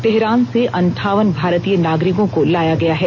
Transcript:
Tehran से अंठावन भारतीय नागरिकों को लाया गया है